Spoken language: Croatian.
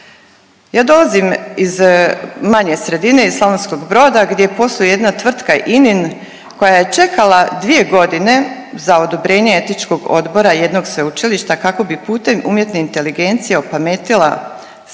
Ja dolazim iz manje sredine iz Slavonskog Broda gdje posluje jedna tvrtka ININ koja je čekala dvije godine za odobrenje etičkog odbora jednog sveučilišta kako bi putem umjetne inteligencije opametila stare